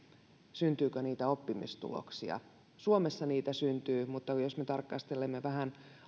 syntyykö niitä oppimistuloksia suomessa niitä syntyy mutta jos me tarkastelemme vähän